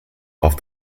off